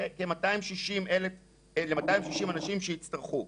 לכ-260 אנשים שיצטרכו,